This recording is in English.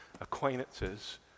acquaintances